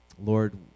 Lord